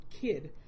kid